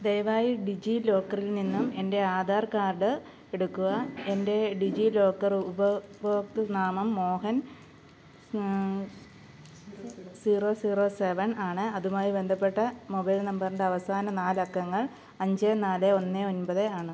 ദയവായി ഡിജി ലോക്കറിൽ നിന്നും എൻ്റെ ആധാർ കാർഡ് എടുക്കുക എൻ്റെ ഡിജി ലോക്കർ ഉപ ഉപഭോക്തൃനാമം മോഹൻ സീറോ സീറോ സെവൻ ആണ് അതുമായി ബന്ധപ്പെട്ട മൊബൈൽ നമ്പറിൻ്റെ അവസാന നാല് അക്കങ്ങൾ അഞ്ച് നാല് ഒന്ന് ഒൻപത് ആണ്